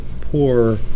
poor